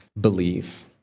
believe